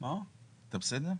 אתה בסדר?